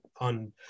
on